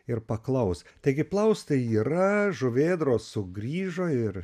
ir paklaus taigi plaustai yra žuvėdros sugrįžo ir